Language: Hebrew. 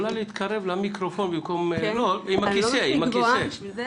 אם אנחנו לא ניתן דגש עכשיו שיהיה לתמיד אין דבר כזה,